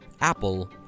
Apple